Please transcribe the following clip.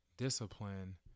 Discipline